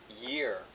year